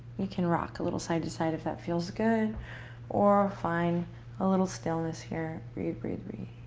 you can rock a little side to side if that feels good or find a little stillness here. breathe, breathe, breathe.